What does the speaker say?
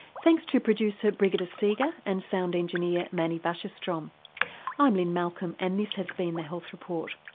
thanks to producer brigitte seega and sound engineer menny wassershtrom. i'm lynne malcolm and this has been the health report.